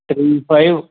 three five